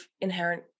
inherent